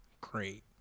great